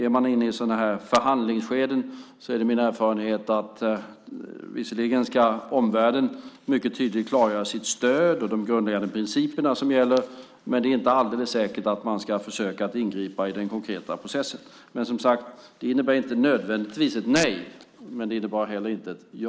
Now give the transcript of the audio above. Är man inne i förhandlingsskeden är det min erfarenhet att omvärlden visserligen tydligt ska klargöra sitt stöd och de grundläggande principer som gäller, men det är inte alldeles säkert att man ska försöka ingripa i den konkreta processen. Det innebär inte nödvändigtvis ett nej, men det innebär inte heller ett ja.